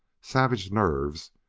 savage nerves,